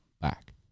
back